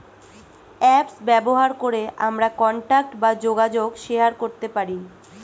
apps ব্যবহার করে আমরা কন্টাক্ট বা যোগাযোগ শেয়ার করতে পারি